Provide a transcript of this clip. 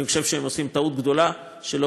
אני חושב שהם עושים טעות גדולה שהם לא